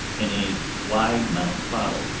in a wide-mouthed bottle,